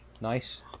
Nice